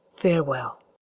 farewell